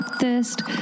thirst